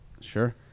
Sure